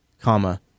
comma